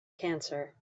cancer